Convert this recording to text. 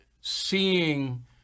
seeing